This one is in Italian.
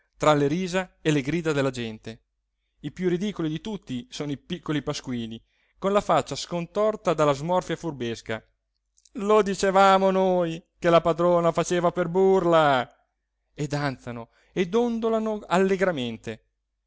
tra le risa e le grida della gente i più ridicoli di tutti sono i piccoli pasquini con la faccia scontorta dalla smorfia furbesca lo dicevamo noi che la padrona faceva per burla e danzano e dondolano allegramente